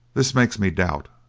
this makes me doubt.